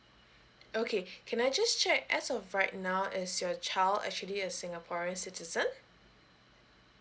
okay can I just check as of right now is your child actually a singaporean citizen